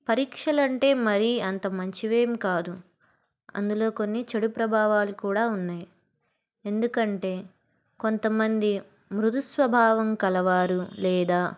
పరీక్షలంటే మరి అంత మంచివేమి కాదు అందులో కొన్ని చెడు ప్రభావాలు కూడా ఉన్నాయి ఎందుకంటే కొంతమంది మృదు స్వభావం గలవారు లేదా